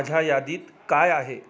माझ्या यादीत काय आहे